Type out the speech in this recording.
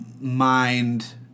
Mind